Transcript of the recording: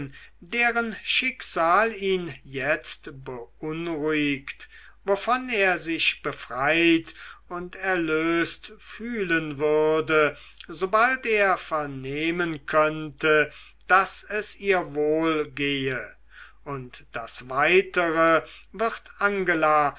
deren schicksal ihn jetzt beunruhigt wovon er sich befreit und erlöst fühlen würde sobald er vernehmen könnte daß es ihr wohl gehe und das weitere wird